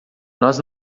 nós